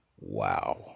Wow